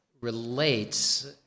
relates